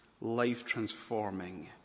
life-transforming